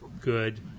good